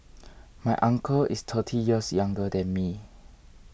my uncle is thirty years younger than me